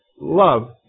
Love